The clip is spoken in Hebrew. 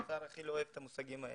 האוצר לא אוהב את המושגים האלה.